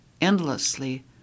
endlessly